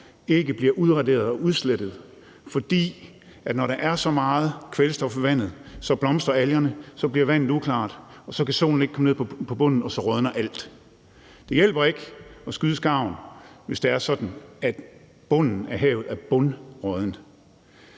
ikke bliver udraderet og udslettet? For når der er så meget kvælstof i vandet, så blomstrer algerne, så bliver vandet uklart, så kan solen ikke nå ned til bunden, og så rådner alt. Det hjælper ikke at skyde skarven, hvis det er sådan, at bunden af havet er bundrådden.